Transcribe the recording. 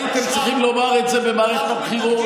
הייתם צריכים לומר את זה במערכת הבחירות.